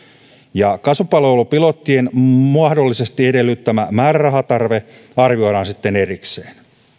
hankkimista kasvupalvelupilottien mahdollisesti edellyttämä määrärahatarve arvioidaan sitten erikseen